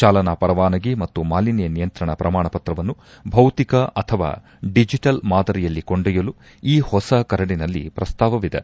ಚಾಲನಾ ಪರವಾನಗಿ ಮತ್ತು ಮಾಲಿನ್ನ ನಿಯಂತ್ರಣ ಪ್ರಮಾಣಪತ್ರವನ್ನು ಭೌತಿಕ ಅಥವಾ ಡಿಜೆಟಲ್ ಮಾದರಿಯಲಿ ಕೊಂಡೊಯ್ಯಲು ಈ ಹೊಸ ಕರಡಿನಲ್ಲಿ ಪ್ರಸ್ತಾವವಿದೆ